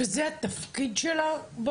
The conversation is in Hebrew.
וזה התפקיד שלה?